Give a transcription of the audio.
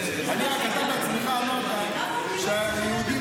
אתה בעצמך אמרת שהיהודים,